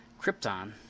Krypton